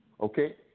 Okay